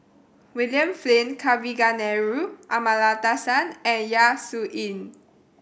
William Flint Kavignareru Amallathasan and Yap Su Yin